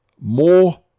more